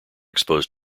exposed